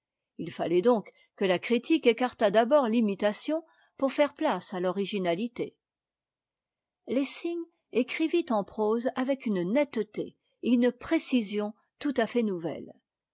il fallait donc que la critique écartât d'abord l'imitation pour faire place à t'originalité lessing écrivit en prose avec une netteté et une précision tout à fait nouvelles